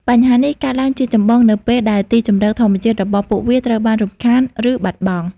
បញ្ហានេះកើតឡើងជាចម្បងនៅពេលដែលទីជម្រកធម្មជាតិរបស់ពួកវាត្រូវបានរំខាន ឬបាត់បង់។